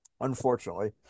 unfortunately